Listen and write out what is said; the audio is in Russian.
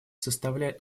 составляет